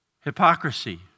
Hypocrisy